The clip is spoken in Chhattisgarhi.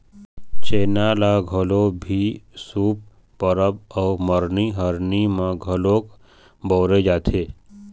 छेना ल कोनो भी शुभ परब अउ मरनी हरनी म घलोक बउरे जाथे